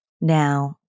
Now